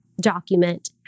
document